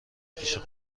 پیش